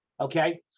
Okay